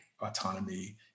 autonomy